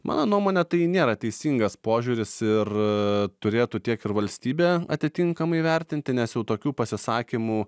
mano nuomone tai nėra teisingas požiūris ir turėtų tiek ir valstybė atitinkamai vertinti nes jau tokių pasisakymų